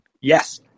Yes